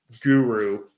guru